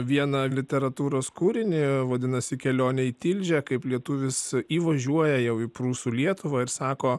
vieną literatūros kūrinį vadinasi kelionė į tilžę kaip lietuvis įvažiuoja jau į prūsų lietuvą ir sako